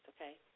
okay